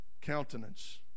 countenance